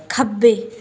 ਖੱਬੇ